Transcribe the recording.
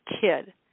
kid